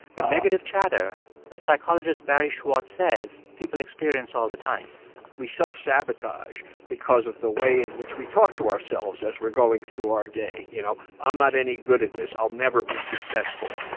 the negative chatter that psychologist barry schwartz says people experience all the time we self-sabotage because of the way in which we talk to ourselves as we're going through our day, you know? i'm not any good at this. i'll never be successful.